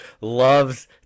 loves